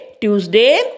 Tuesday